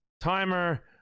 timer